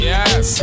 Yes